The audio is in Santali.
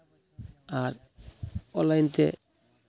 ᱟᱨ ᱚᱱᱞᱟᱭᱤᱱ ᱛᱮ